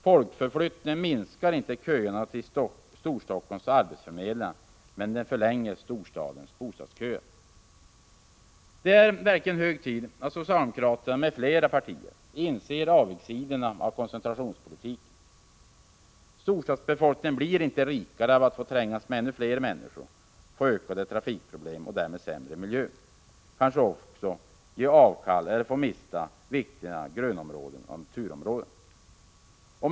Folkförflyttningen minskar inte köerna till Storstockholms arbetsförmedlingar, men den förlänger storstadens bostadsköer. Det är hög tid att socialdemokraterna och andra partier inser avigsidorna av koncentrationspolitiken. Storstadsbefolkningen blir inte ”rikare” av att trängas med ännu fler människor, få ökade trafikproblem och därmed sämre miljö samt kanske också mista viktiga grönoch naturområden.